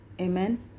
amen